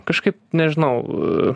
kažkaip nežinau